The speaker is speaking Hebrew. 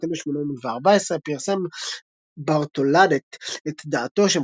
ובשנת 1814 פרסם ברטולדט את דעתו,